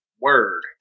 Word